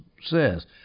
says